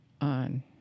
on